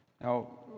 Now